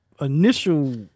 initial